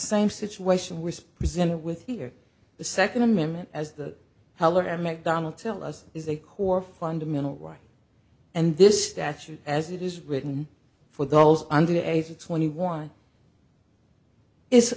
same situation was presented with here the second amendment as the heller and mcdonald tell us is a core fundamental right and this statute as it is written for those under the age of twenty one i